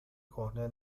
کهنه